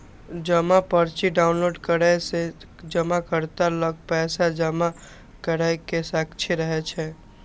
जमा पर्ची डॉउनलोड करै सं जमाकर्ता लग पैसा जमा करै के साक्ष्य रहै छै